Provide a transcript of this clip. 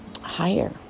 higher